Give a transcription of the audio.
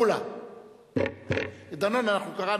ממוני תחבורה